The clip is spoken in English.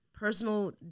Personal